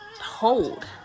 hold